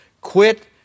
quit